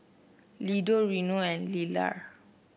Lida Reno and Lelar